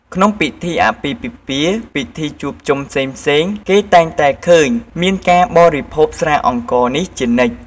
ក្នុងពិធីអាពាហ៍ពិពាហ៍ ពិធីជួបជុំផ្សេងៗគេតែងតែឃើញមាកការបរិភោគស្រាអង្ករនេះជានិច្ច។